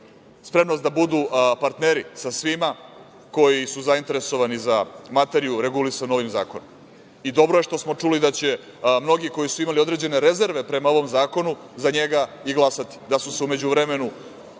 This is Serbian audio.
spremnost da budu partneri sa svima koji su zainteresovani za materiju regulisanu ovim zakonom. I dobro je što smo čuli da će mnogi koji su imali određene rezerve prema ovom zakonu za njega i glasati, da su se u međuvremenu